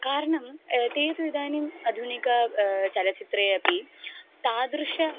कारणं ते तु इदानीम् आधुनिक चलच्चित्रे अपि तादृश